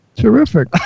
Terrific